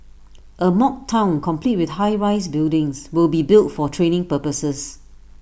A mock Town complete with high rise buildings will be built for training purposes